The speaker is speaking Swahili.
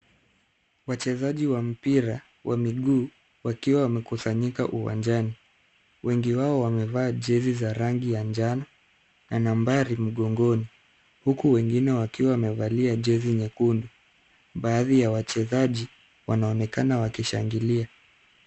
Wachezaji wa mpira wa miguu wakiwa wamekusanyika uwanjani. Wengi wao wamevaa jezi za rangi ya njano, na nambari mgongoni. Huku wengine wakiwa wamevalia jezi nyekundu. Baadhi ya wachezaji wanaonekana wakishangilia.